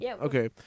Okay